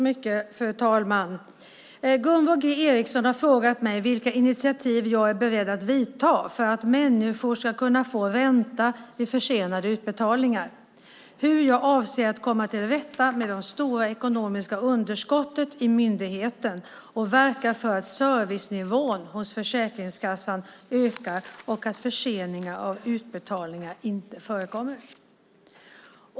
Fru talman! Gunvor G Ericson har frågat mig vilka initiativ jag är beredd att ta för att människor ska kunna få ränta vid försenade utbetalningar och hur jag avser att komma till rätta med det stora ekonomiska underskottet i myndigheten och verka för att servicenivån hos Försäkringskassan ökar och att förseningar av utbetalningar inte förekommer.